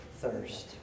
thirst